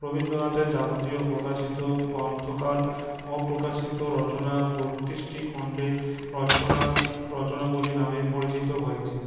রবীন্দ্রনাথের যাবতীয় প্রকাশিত গ্রন্থকার অপ্রকাশিত রচনা বত্রিশটি খন্ডে রচনা রচনাবলী নামে পরিচিত হয়েছে